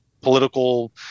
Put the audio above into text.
political